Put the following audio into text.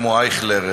כמו אייכלר,